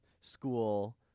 school